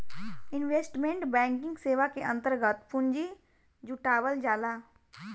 investment banking सेवा के अंतर्गत पूंजी जुटावल जाला